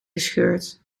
gescheurd